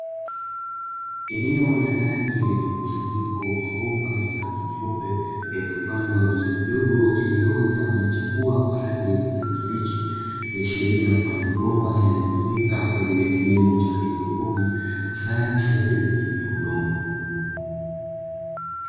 Eneo la ndani lenye mkusanyiko wa mabomba yenye rangi nyeupe ,yaliyopandwa miche midogo iliyoota na kuchipua kwa rangi ya kijani kibichi, yakiashiria kuwa ni mabomba yanayotumika kwa ajili ya kilimo cha haidroponi, kwa sayansi ya bila kutumia udongo.